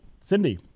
Cindy